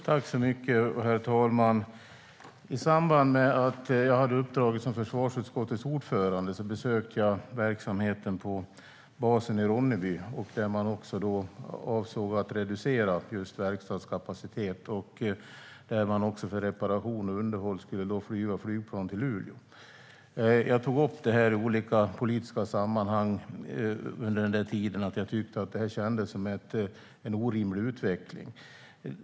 Herr talman! I samband med att jag hade uppdraget som försvarsutskottets ordförande besökte jag verksamheten på basen i Ronneby, där man avsåg att reducera just verkstadskapaciteten. För reparation och underhåll skulle planen flygas till Luleå. Jag tog i olika politiska sammanhang under den tiden upp det och tyckte att det kändes som en orimlig utveckling.